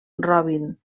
robin